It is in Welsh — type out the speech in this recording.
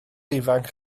ifanc